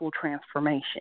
transformation